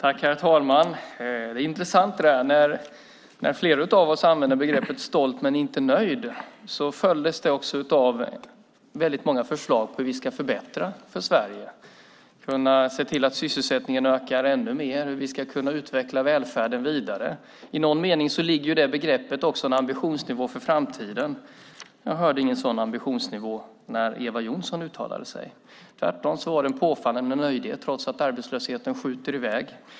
Herr talman! Det är intressant att höra uttrycket stolt men inte nöjd. När flera av oss använder det följs det av många förslag på hur vi ska förbättra för Sverige, hur vi ska kunna se till att sysselsättningen ökar ännu mer, hur vi ska kunna vidareutveckla välfärden. I någon mening ligger i det uttrycket också en ambitionsnivå för framtiden. Jag hörde ingen sådan ambition när Eva Johnsson uttalade sig. Tvärtom var hon påfallande nöjd trots att arbetslösheten skjuter i väg.